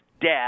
death